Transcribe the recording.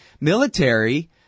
military